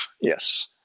Yes